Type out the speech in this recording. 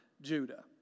Judah